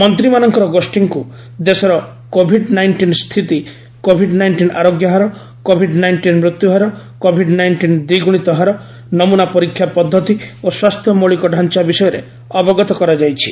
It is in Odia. ମନ୍ତ୍ରୀମାନଙ୍କର ଗୋଷ୍ଠୀଙ୍କୁ ଦେଶର କୋଭିଡ୍ ନାଇଣ୍ଟିନ୍ ସ୍ଥିତି କୋଭିଡ୍ ନାଇଣ୍ଟିନ୍ ଆରୋଗ୍ୟ ହାର କୋଭିଡ୍ ନାଇଷ୍ଟିନ୍ ମୃତ୍ୟୁ ହାର କୋଭିଡ୍ ନାଇଷ୍ଟିନ୍ ଦ୍ୱିଗୁଣିତ ହାର ନମୁନା ପରୀକ୍ଷା ପଦ୍ଧତି ଓ ସ୍ୱାସ୍ଥ୍ୟ ମୌଳିକ ଢାଞ୍ଚା ବିଷୟରେ ଅବଗତ କରାଯାଇଛି